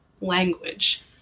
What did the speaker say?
language